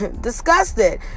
disgusted